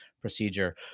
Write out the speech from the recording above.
procedure